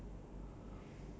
then like the